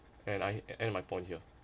and I end my point here